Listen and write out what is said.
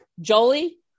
Jolie